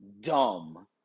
dumb